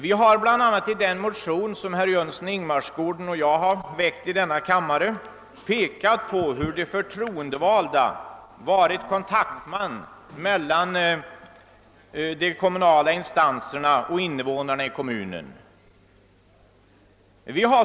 Vi har bl.a. i den motion som herr Jönsson i Ingemarsgården och jag väckt i denna kammare pekat på hur de förtroendevalda varit kontaktmän mellan de kommunala instanserna och invånarna i kommunen.